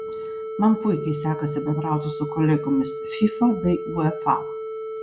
man puikiai sekasi bendrauti su kolegomis fifa bei uefa